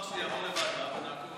שיעבור לוועדה כדי שנעקוב,